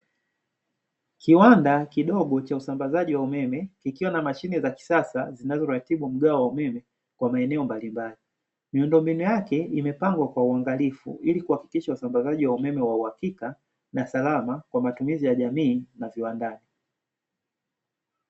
Kiwanda kidogo cha usambazaji wa umeme Kikiwa na mashine za kisasa zinazoratibu mgao wa umeme kwa maeneo mbalimbali. Miundombinu yake imepangwa kwa uangalifu ili kuhakikisha usambazaji wa umeme wa uhakika na salama kwa matumizi ya jamii na viwandani.